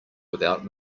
without